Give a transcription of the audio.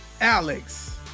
Alex